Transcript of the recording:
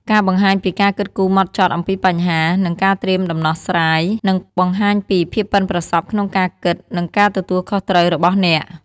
ការបង្ហាញពីការគិតគូរហ្មត់ចត់អំពីបញ្ហា និងការត្រៀមដំណោះស្រាយ នឹងបង្ហាញពី ភាពប៉ិនប្រសប់ក្នុងការគិត និងការទទួលខុសត្រូវ របស់អ្នក។